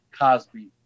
Cosby